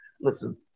Listen